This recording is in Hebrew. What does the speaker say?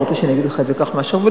אתה רוצה שאני אגיד לך את זה כך מהשרוול?